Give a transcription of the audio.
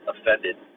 offended